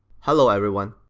hello everyone.